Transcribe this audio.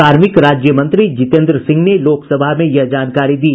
कार्मिक राज्य मंत्री जितेन्द्र सिंह ने लोकसभा में यह जानकारी दी